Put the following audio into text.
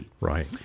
right